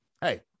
hey